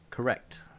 correct